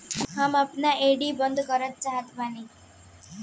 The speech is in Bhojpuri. हम आपन एफ.डी बंद करना चाहत बानी